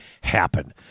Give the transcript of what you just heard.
happen